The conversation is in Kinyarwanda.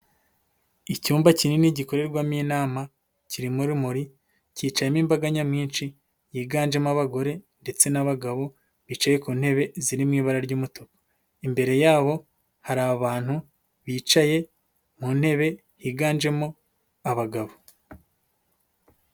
Icyumba kinini gikorerwamo inama, kirimo urumuri, cyicayemo imbaga nyamwinshi yiganjemo abagore ndetse n'abagabo bicaye ku ntebe zirimo ibara ry'umutuku, imbere yabo hari abantu bicaye mu ntebe higanjemo abagabo.